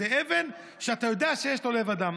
זו אבן שאתה יודע שיש לה לב אדם.